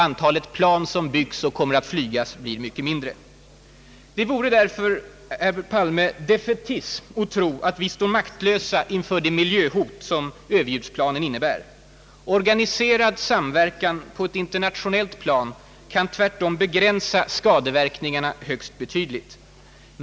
Antalet plan som där byggs och som kommer att flyga blir mycket mindre. Det vore därför defaitism att tro att vi står maktlösa inför det miljöhot som överljudsplanen innebär. Organiserad internationell samverkan kan tvärtom begränsa skadeverkningarna högst betydligt.